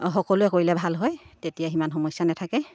সকলোৱে কৰিলে ভাল হয় তেতিয়া সিমান সমস্যা নাথাকে